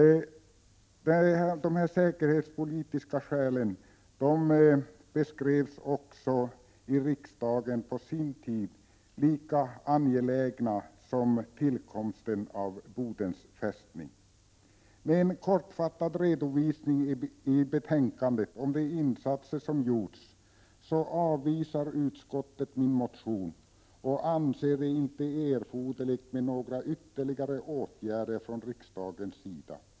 Dessa säkerhetspolitiska skäl beskrevs också i riksdagen på sin tid såsom lika angelägna som tillkomsten av Bodens fästning. Med en kortfattad redovisning i betänkandet om de insatser som gjorts avvisar utskottet min motion och anser det inte erforderligt med några ytterligare åtgärder från riksdagens sida.